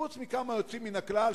חוץ מכמה יוצאים מן הכלל,